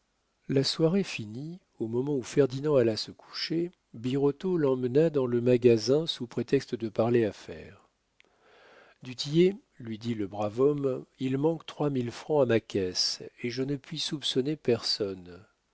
la soirée finie au moment où ferdinand alla se coucher birotteau l'emmena dans le magasin sous prétexte de parler affaire du tillet lui dit le brave homme il manque trois mille francs à ma caisse et je ne puis soupçonner personne